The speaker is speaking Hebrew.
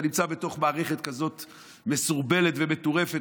אתה נמצא בתוך מערכת כזאת מסורבלת ומטורפת,